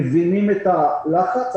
מבינים את הלחץ,